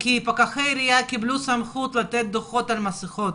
כי פקחי העירייה קיבלו סמכות לתת דוחות על אי עטיית מסכה.